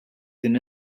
din